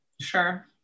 Sure